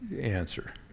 answer